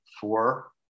four